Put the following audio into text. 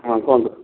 ହଁ କୁହନ୍ତୁ